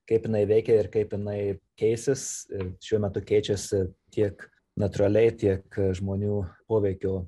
kaip jinai veikia ir kaip jinai keisis ir šiuo metu keičiasi tiek natūraliai tiek žmonių poveikio